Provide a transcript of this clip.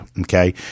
Okay